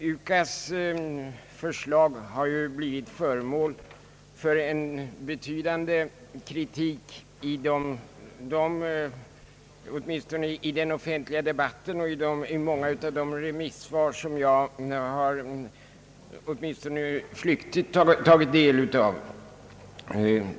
UKAS förslag har ju blivit föremål för betydande kritik i den offentliga debatten och i många av de remissvar som jag åtminstone flyktigt har tagit del av.